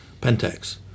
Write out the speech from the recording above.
Pentax